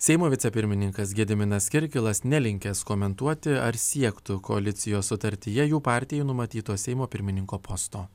seimo vicepirmininkas gediminas kirkilas nelinkęs komentuoti ar siektų koalicijos sutartyje jų partijai numatyto seimo pirmininko posto